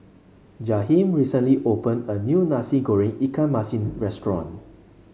Jaheem recently opened a new Nasi Goreng Ikan Masin's restaurant